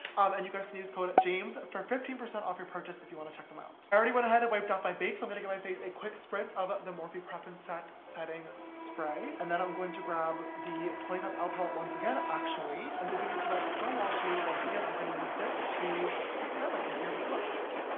um and you guys can use code james for fifteen percent off your purchase if you want to check them out. i already went ahead and wiped off my bake, so i'm gonna give my face a quick spritz of the morphe prep and set setting spray. then i'm going to grab the twenty five l palette once again actually, and dipping into that stonewall shade once again, i'm gonna use this to highlight and see how this looks,